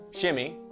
shimmy